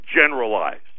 generalized